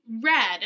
red